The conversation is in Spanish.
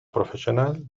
profesional